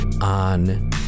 on